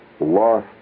lost